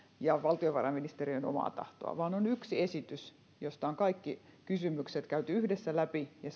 ja valtiovarainministeriön omaa tahtoa vaan on yksi esitys josta on kaikki kysymykset käyty yhdessä läpi ja